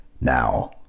Now